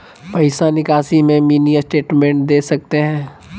पैसा निकासी में मिनी स्टेटमेंट दे सकते हैं?